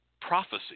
prophecy